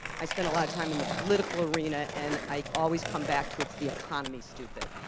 i spent a lot of time in the political arena, and i always come back to, it's the economy, stupid,